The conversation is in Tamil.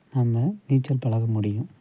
நம்ம நீச்சல் பழக முடியும்